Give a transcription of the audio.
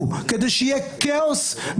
ואז יהיה טוב, נחליף את הציבור.